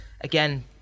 again